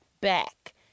back